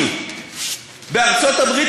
אם בארצות-הברית,